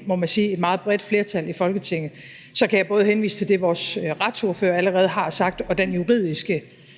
et, må man sige, meget bredt flertal i Folketinget, så kan jeg både henvise til det, som vores retsordfører allerede har sagt, og til den juridiske